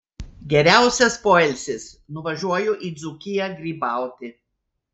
geriausias poilsis nuvažiuoju į dzūkiją grybauti